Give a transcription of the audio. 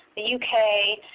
the u. k,